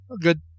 good